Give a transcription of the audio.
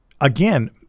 Again